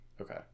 okay